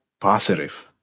positive